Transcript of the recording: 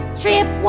trip